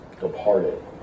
departed